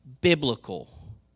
biblical